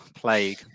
plague